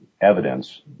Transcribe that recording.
evidence